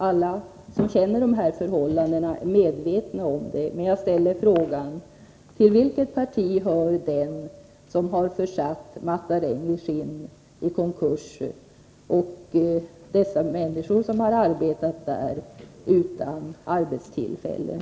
Alla som känner dessa förhållanden är' medvetna om svaret. Jag frågar: Till vilket parti hör den person som försatte Matarengi Skinn i konkurs och gjorde så att de människor som arbetade där förlorade sina arbetstillfällen?